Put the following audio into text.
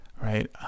right